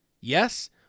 Yes